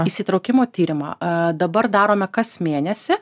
įsitraukimo tyrimą dabar darome kas mėnesį